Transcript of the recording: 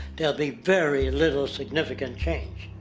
there will be very little significant change.